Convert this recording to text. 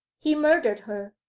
he murdered her,